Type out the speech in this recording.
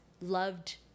loved